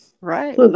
Right